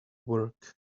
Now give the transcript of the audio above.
work